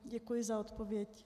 Děkuji za odpověď.